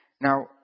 Now